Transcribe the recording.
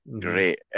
Great